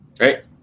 Right